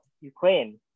Ukraine